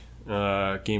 Game